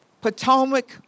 Potomac